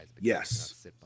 Yes